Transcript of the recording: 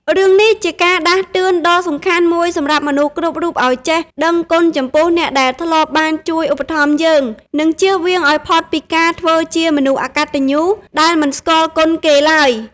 រឿងនេះជាការដាស់តឿនដ៏សំខាន់មួយសម្រាប់មនុស្សគ្រប់រូបឲ្យចេះដឹងគុណចំពោះអ្នកដែលធ្លាប់បានជួយឧបត្ថម្ភយើង ហើយចៀសវាងឲ្យផុតពីការធ្វើជាមនុស្សអកតញ្ញូដែលមិនស្គាល់គុណគេឡើយ។